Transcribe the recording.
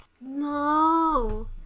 No